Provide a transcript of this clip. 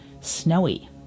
snowy